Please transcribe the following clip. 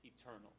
eternal